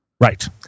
Right